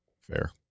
Fair